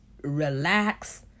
relax